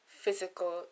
physical